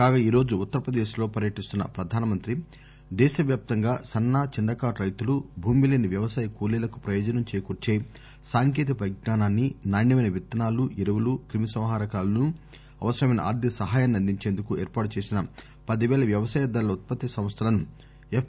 కాగా ఈ రోజు ఉత్తర్ ప్రదేశ్ లో పర్యటిస్తున్న ప్రధాన మంత్రి దేశవ్యాప్తంగా సన్న చిన్న కారు రైతులు భూమిలేని వ్యవసాయ కూలీలకు ప్రయోజనం చేకూర్చే సాంకేతిక విజ్ఞానాన్ని నాణ్యమైన విత్తనాలు ఎరువులు క్రిమిసంహారకాలను అవసరమైన ఆర్థిక సహాయాన్ని అందించేందుకు ఏర్పాటు చేసిన పది వేల వ్యవసాయదారుల ఉత్పత్తి సంస్థలను ఎఫ్